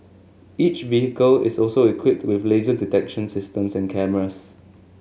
each vehicle is also equipped with laser detection systems and cameras